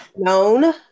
known